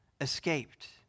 escaped